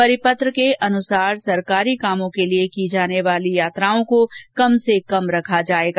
परिपत्र के अनुसार सरकारी कामों के लिए की जाने वाली यात्राओं को कम से कम रखा जाएगा